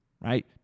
right